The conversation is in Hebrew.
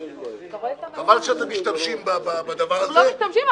--- חבל שאתם משתמשים בדבר הזה --- אנחנו לא משתמשים.